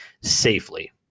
safely